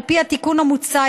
על פי התיקון המוצע,